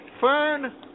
Fern